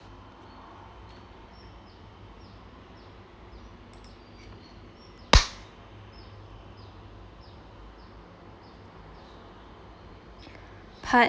part